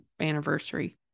anniversary